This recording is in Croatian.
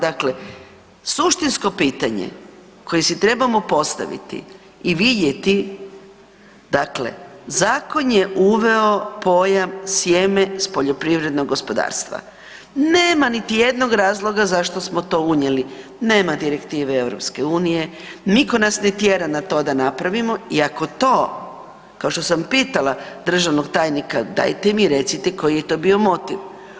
Dakle, suštinsko pitanje koji si trebamo postaviti i vidjeti dakle zakon je uveo pojam sjeme s poljoprivrednog gospodarstva, nema niti jednog razloga zašto smo to unijeli, nema direktive EU, nitko nas ne tjera na to da napravimo i ako to kao što sam pitala državnog tajnika dajte mi recite koji je to bio motiv.